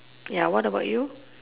ya what about you